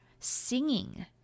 singing